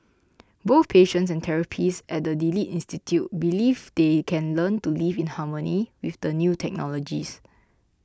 both patients and therapists at the Delete Institute believe they can learn to live in harmony with the new technologies